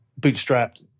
bootstrapped